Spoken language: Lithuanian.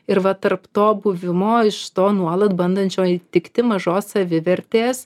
ir va tarp to buvimo iš to nuolat bandančio įtikti mažos savivertės